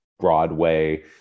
Broadway